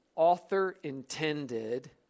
author-intended